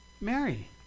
Mary